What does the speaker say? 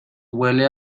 huele